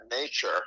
nature